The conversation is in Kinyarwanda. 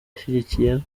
ashyigikiye